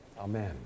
Amen